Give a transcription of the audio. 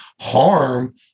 harm